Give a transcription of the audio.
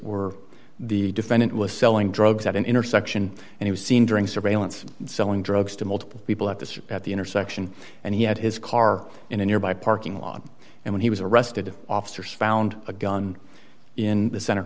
or the defendant was selling drugs at an intersection and he was seen during surveillance and selling drugs to multiple people at the at the intersection and he had his car in a nearby parking lot and when he was arrested officers found a gun in the cent